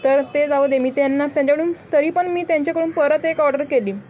तर ते जाऊ दे मी त्यांना त्यांच्याकडून तरी पण मी त्यांच्याकडून परत एक ऑर्डर केली